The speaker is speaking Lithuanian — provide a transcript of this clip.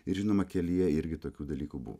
ir žinoma kelyje irgi tokių dalykų buvo